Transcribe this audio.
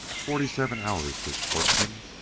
forty-seven hours! said schwartzmann.